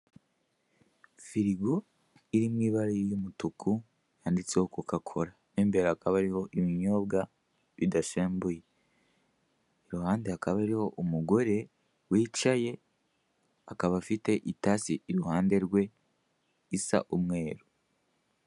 Firigo irimo ibara y'umutuku yanditseho kokakora. Mo imbere hakaba hariho ibinyobwa bidasembuye iruhande hakaba hariho umugore wicaye akaba afite itasi iruhande rwe , isa umweru.